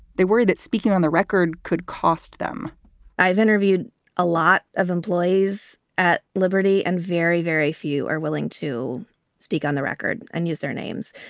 they worry that speaking on the record could cost them i've interviewed a lot of employees at liberty and very, very few are willing to speak on the record and use their names.